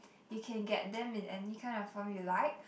you can get them in any kind of form you like